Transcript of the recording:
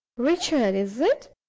richard, is it?